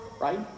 right